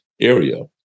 area